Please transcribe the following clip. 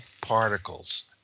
particles